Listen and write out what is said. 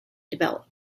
develop